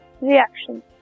reactions